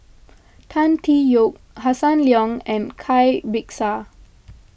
Tan Tee Yoke Hossan Leong and Cai Bixia